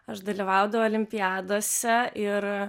aš dalyvaudavau olimpiadose ir